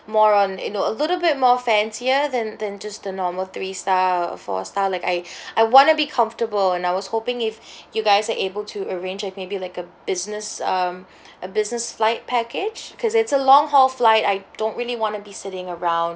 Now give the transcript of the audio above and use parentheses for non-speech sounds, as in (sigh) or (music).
more on you know a little bit more fancier than than just the normal three star or four star like I (breath) I want to be comfortable and I was hoping if (breath) you guys are able to arrange like maybe like a business um (breath) a business flight package because it's a long haul flight I don't really want to be sitting around (breath)